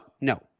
no